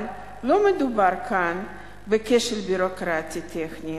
אבל לא מדובר כאן בכשל ביורוקרטי-טכני,